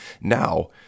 now